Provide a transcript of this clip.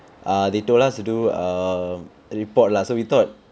err they told us to do um report lah so we thought